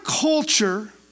culture